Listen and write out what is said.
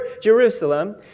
Jerusalem